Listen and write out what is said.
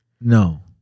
No